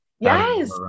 Yes